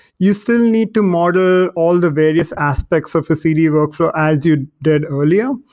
you still need to model all the various aspects of a cd workflow as you did earlier.